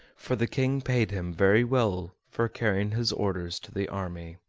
for the king paid him very well for carrying his orders to the army.